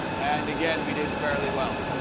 and again, we did fairly well.